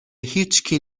هیشکی